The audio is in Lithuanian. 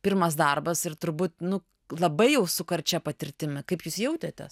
pirmas darbas ir turbūt nu labai jau su karčia patirtimi kaip jūs jautėtės